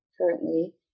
currently